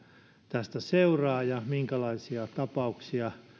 tästä seuraa ja minkälaisia tapauksia